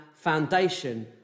foundation